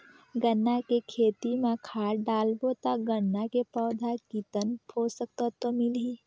गन्ना के खेती मां खाद डालबो ता गन्ना के पौधा कितन पोषक तत्व मिलही?